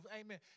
amen